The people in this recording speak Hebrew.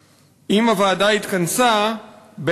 3. אם הוועדה התכנסה,